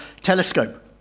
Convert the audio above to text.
Telescope